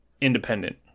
independent